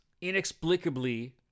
inexplicably